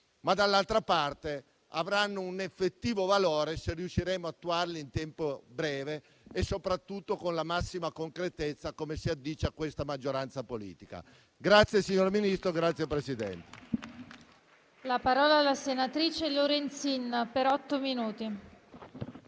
ma, dall'altra parte, avranno un effettivo valore se riusciremo ad attuarli in tempi brevi e, soprattutto, con la massima concretezza, come si addice a questa maggioranza politica. Grazie, signor Ministro. Grazie, Presidente.